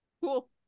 cool